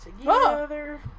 together